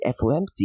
FOMC